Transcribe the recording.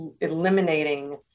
eliminating